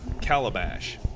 Calabash